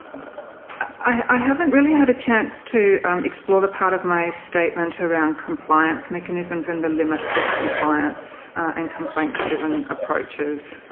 i haven't really had a chance to explore the part of my statement around compliance mechanisms and the limits of compliance and complaints-driven approaches,